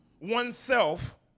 oneself